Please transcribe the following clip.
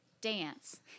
dance